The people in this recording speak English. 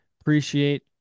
appreciate